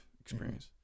experience